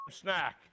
snack